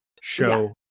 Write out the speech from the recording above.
show